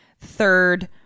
Third